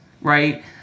right